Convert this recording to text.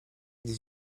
des